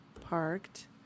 parked